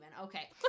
Okay